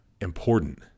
important